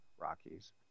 Rockies